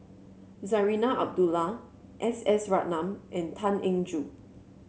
Zarinah Abdullah S S Ratnam and Tan Eng Joo